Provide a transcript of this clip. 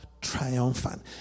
triumphant